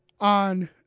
on